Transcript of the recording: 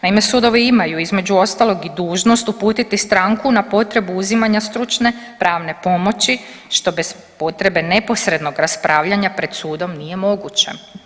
Naime, sudovi imaju između ostalog i dužnost uputiti stranku na potrebu uzimanja stručne pravne pomoći što bez potrebe neposrednog raspravljanja pred sudom nije moguće.